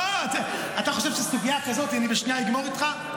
לא, אתה חושב שסוגיה כזאת אני בשנייה אגמור איתך?